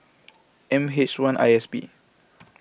M H one I S P